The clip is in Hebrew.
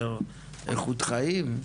איכות חיים.